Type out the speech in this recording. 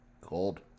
cold